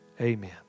Amen